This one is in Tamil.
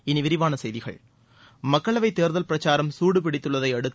இனி விரிவான செய்திகள் மக்களவைத் தேர்தல் பிரச்சாரம் சூடு பிடித்துள்ளதை அடுத்து